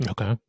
Okay